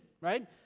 right